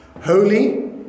holy